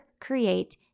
create